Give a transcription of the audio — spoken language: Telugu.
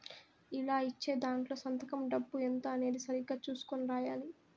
ఇలా ఇచ్చే దాంట్లో సంతకం డబ్బు ఎంత అనేది సరిగ్గా చుసుకొని రాయాలి